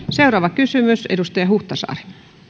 seuraava kysymys edustaja huhtasaari